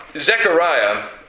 Zechariah